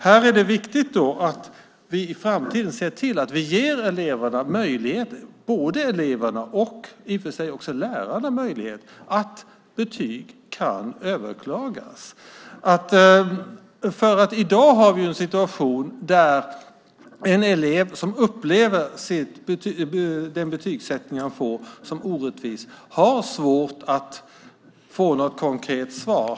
Här är det då viktigt att vi i framtiden ser till att vi ger eleverna en möjlighet - det är och i och för sig också en möjlighet för lärarna - att överklaga betyg. I dag har vi en situation där en elev som upplever den betygssättning han får som orättvis har svårt att få något konkret svar.